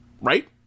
right